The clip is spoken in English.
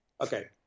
okay